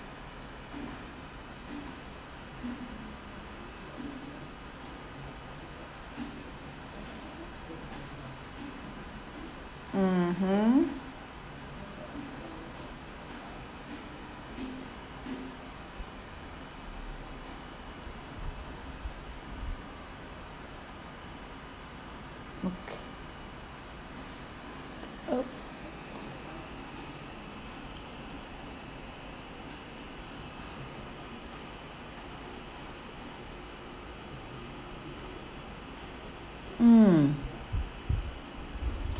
mmhmm okay o~ mm